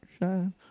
shine